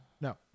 No